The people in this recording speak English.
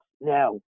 now